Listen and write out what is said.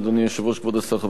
בעד, 10, אין מתנגדים.